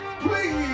Please